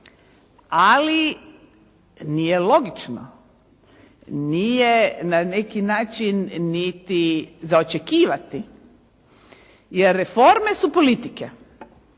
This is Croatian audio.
Ali nije logično. Nije na neki način niti za očekivati jer reforme su politike.